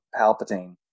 Palpatine